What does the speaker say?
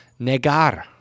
negar